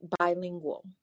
bilingual